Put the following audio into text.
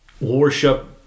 worship